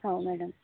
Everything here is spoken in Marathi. हो मॅडम